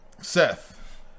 Seth